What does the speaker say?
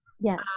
Yes